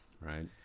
Right